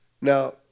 Now